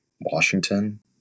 Washington